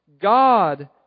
God